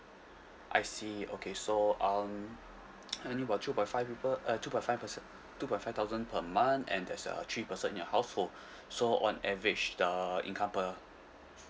I see okay so um any about two point five people uh two point five perso~ two point five thousand per month and there's uh three person in your household so on average the income per